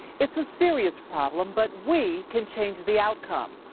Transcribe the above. it's a serious problem, but we can change the outcome.